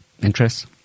interests